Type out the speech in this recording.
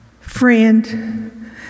friend